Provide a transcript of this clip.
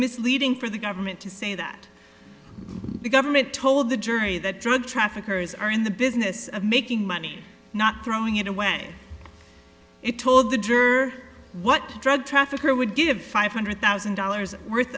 misleading for the government to say that the government told the jury that drug traffickers are in the business of making money not throwing it away it told the driver what drug trafficker would give five hundred thousand dollars worth